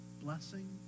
blessing